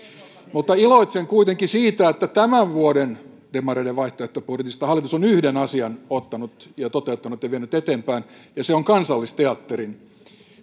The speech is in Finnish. iloitsen kuitenkin siitä että tämän vuoden demareiden vaihtoehtobudjetista hallitus on yhden asian ottanut ja toteuttanut ja vienyt eteenpäin ja se on kansallisteatterin